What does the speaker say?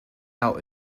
out